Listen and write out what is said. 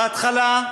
בהתחלה,